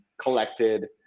collected